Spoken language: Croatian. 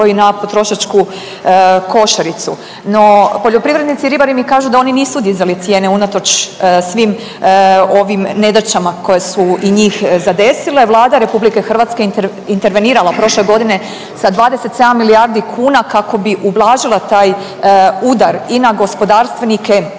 i na potrošačku košaricu. No, poljoprivrednici i ribari mi kažu da oni nisu dizali cijene unatoč svim ovim nedaćama koje su i njih zadesile. Vlada RH intervenirala prošle godine sa 27 milijardi kuna kako bi ublažila taj udar i na gospodarstvenike i na